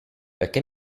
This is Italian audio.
perché